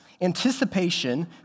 Anticipation